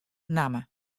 namme